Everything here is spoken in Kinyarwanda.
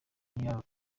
niba